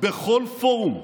בכל פורום,